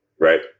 right